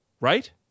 Right